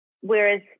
Whereas